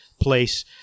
place